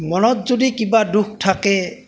মনত যদি কিবা দুখ থাকে